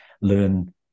learn